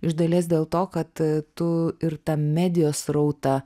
iš dalies dėl to kad tu ir tą medijos srautą